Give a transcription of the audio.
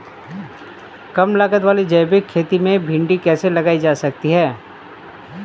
कम लागत वाली जैविक खेती में भिंडी कैसे लगाई जा सकती है?